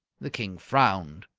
the king frowned.